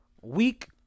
week